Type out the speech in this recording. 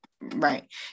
Right